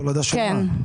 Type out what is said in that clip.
תולדה של מה?